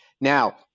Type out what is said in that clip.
Now